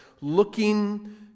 looking